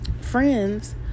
Friends